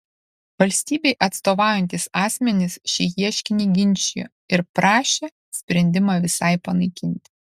valstybei atstovaujantys asmenys šį ieškinį ginčijo ir prašė sprendimą visai panaikinti